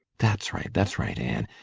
that's right that's right, anne.